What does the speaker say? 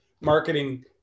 marketing